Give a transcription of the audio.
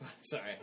Sorry